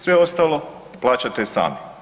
Sve ostalo plaćate sami.